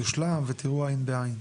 יושלם ותראו עין בעין.